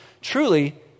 truly